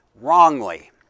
wrongly